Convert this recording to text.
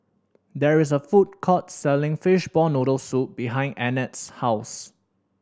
there is a food court selling fishball noodle soup behind Annette's house